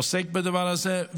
עוסק בדבר הזה,